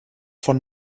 von